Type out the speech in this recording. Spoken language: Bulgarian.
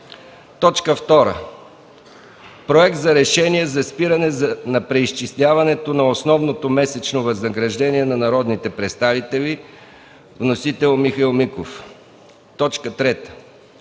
2. Проект за решение за спиране на преизчисляването на основното месечно възнаграждение на народните представители. Вносител: Михаил Миков. 3.